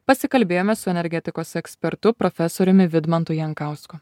pasikalbėjome su energetikos ekspertu profesoriumi vidmantu jankausku